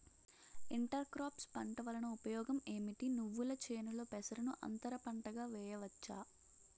Inter crops పంట వలన ఉపయోగం ఏమిటి? నువ్వుల చేనులో పెసరను అంతర పంటగా వేయవచ్చా?